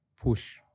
push